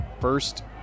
First